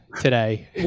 today